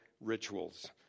rituals